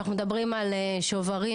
שאנחנו מדברים על שוברים,